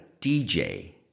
DJ